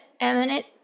eminent